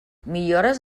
millores